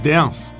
Dance